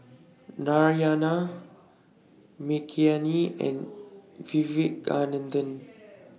Narayana Makineni and Vivekananda